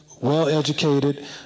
well-educated